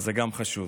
זה גם חשוב.